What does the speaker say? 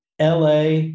LA